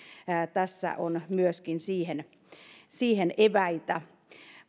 tässä on myöskin siihen siihen eväitä